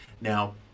Now